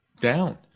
down